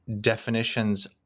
definitions